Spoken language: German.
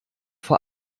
vor